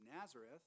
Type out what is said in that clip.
Nazareth